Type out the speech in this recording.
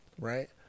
Right